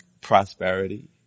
prosperity